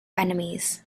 enemies